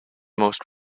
most